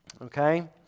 okay